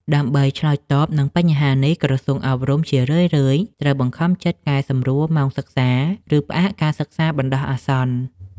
ដើម្បីឆ្លើយតបនឹងបញ្ហានេះ ក្រសួងអប់រំជារឿយៗត្រូវបង្ខំចិត្តកែសម្រួលម៉ោងសិក្សា ឬផ្អាកការសិក្សាបណ្តោះអាសន្ន។